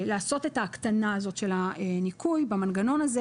את ההקטנה של הניכוי במנגנון הזה